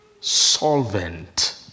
solvent